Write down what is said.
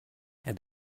and